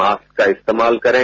mask का इस्तेमाल करें